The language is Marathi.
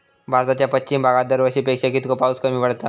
भारताच्या पश्चिम भागात दरवर्षी पेक्षा कीतको पाऊस कमी पडता?